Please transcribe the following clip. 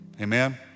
Amen